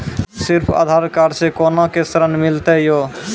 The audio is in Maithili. सिर्फ आधार कार्ड से कोना के ऋण मिलते यो?